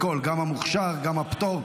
גם המוכשר, גם הפטור.